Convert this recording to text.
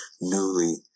newly